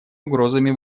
угрозами